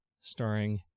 starring